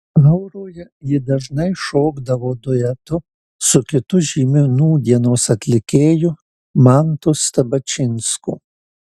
auroje ji dažnai šokdavo duetu su kitu žymiu nūdienos atlikėju mantu stabačinsku